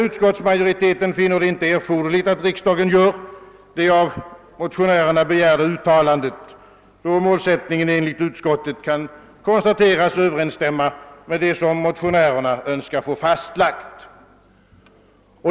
Utskottsmajoriteten finner det inte erforderligt att riksdagen gör det av motionärerna begärda uttalandet, då målsättningen enligt utskottet kan konstateras överensstämma med det som motionärerna Önskar få fastlagt.